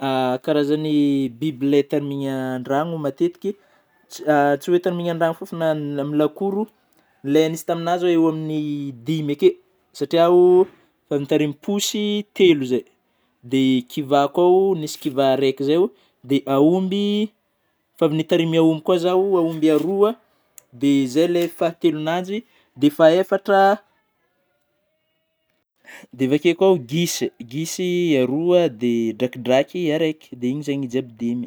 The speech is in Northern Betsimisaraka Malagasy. Karazany biby lay tarmignyny an-dragno matetiky, tsy oe tarmingna an-dragno fô fa na amin'ny lakoro, le nisy taminahy zao eo amin'ny dimy akeo; satriao efa ntareigny posy telo zey, dia kiva koa nisy kiva raiky zay, dia aomby efa avy nitaregniny omby koa zaho omby roa dia zay ilay fahatelo ananjy, de fahefatra de avy akeo koa gisa gisa roa, dia drakidraky araiky, de igny zey i jiaby dimy.